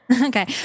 Okay